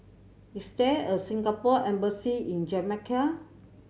is there a Singapore Embassy in Jamaica